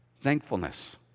Thankfulness